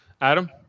adam